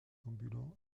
ambulant